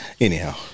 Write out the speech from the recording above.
Anyhow